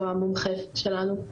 הוא המומחה שלנו.